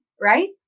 right